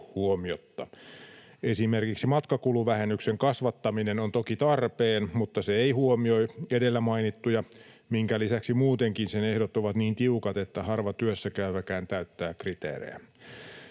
Esimerkiksi matkakuluvähennyksen kasvattaminen on toki tarpeen, mutta se ei huomioi edellä mainittuja, minkä lisäksi muutenkin sen ehdot ovat niin tiukat, että harva työssäkäyväkään täyttää kriteerejä.